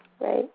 Right